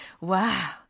Wow